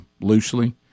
loosely